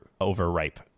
overripe